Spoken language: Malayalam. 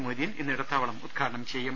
മൊയ്തീൻ ഇന്ന് ഇടത്താവളം ഉദ്ഘാടനം ചെയ്യും